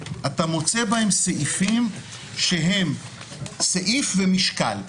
אתה מוצא בהם סעיפים שהם סעיף ומשקל,